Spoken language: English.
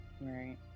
Right